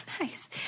Nice